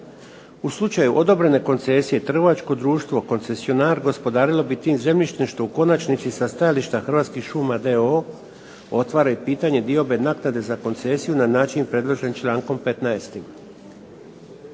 U slučaju odobrene koncesije trgovačko društvo koncesionar gospodarilo bi tim zemljištem što u konačnici sa stajališta "Hrvatskih šuma d.o.o." otvara i pitanje diobe naknade za koncesiju na način predložen čl.